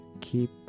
keep